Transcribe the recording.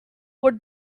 were